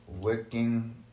working